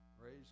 Praise